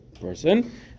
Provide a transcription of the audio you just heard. person